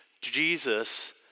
Jesus